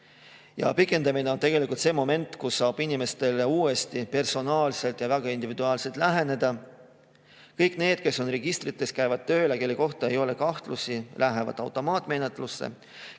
Pikendamine on see moment, kus saab inimestele uuesti personaalselt ja väga individuaalselt läheneda. Kõik need, kes on registrites, käivad tööl ja kelle kohta ei ole kahtlusi, lähevad automaatmenetlusse.